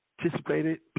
participated